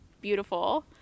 beautiful